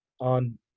on